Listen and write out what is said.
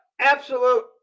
absolute